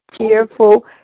cheerful